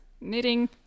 knitting